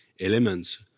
elements